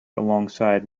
alongside